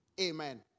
Amen